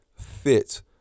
fit